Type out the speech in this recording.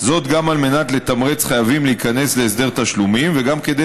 גם כדי לתמרץ חייבים להיכנס להסדר תשלומים וגם כדי